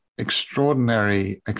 extraordinary